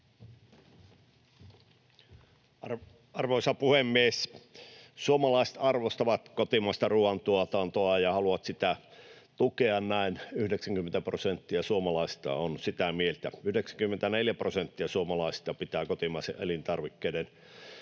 Arvoisa puhemies! Suomalaiset arvostavat suomalaista ruuantuotantoa ja haluavat sitä tukea, 90 prosenttia suomalaisista on sitä mieltä. 94 prosenttia suomalaisista pitää kotimaisten elintarvikkeiden